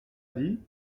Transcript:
dit